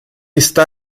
está